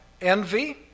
envy